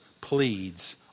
pleads